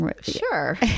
Sure